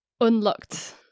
unlocked